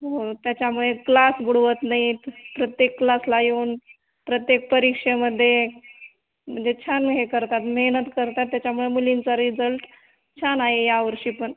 हो त्याच्यामुळे क्लास बुडवत नाहीत प्रत्येक क्लासला येऊन प्रत्येक परीक्षेमध्ये म्हणजे छान हे करतात मेहनत करतात त्याच्यामुळं मुलींचा रीझल्ट छान आहे यावर्षी पण